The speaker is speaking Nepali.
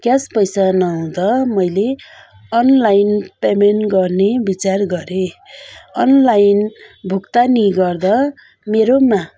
क्यास पैसा नहुँदा मैले अनलाइन पेमेन्ट गर्ने विचार गरेँ अनलाइन भुक्तानी गर्दा मेरोमा